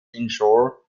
inshore